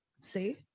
See